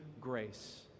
grace